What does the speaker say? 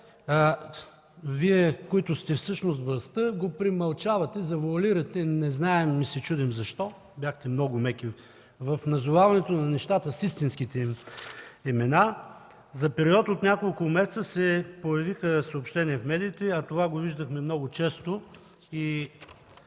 Вие, които всъщност сте властта, го премълчавате, завоалирате. Не знаем и се чудим защо бяхте много меки в назоваването на нещата с истинските им имена? За период от няколко месеца се появиха съобщения в медиите, а това го виждахме много често